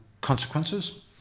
consequences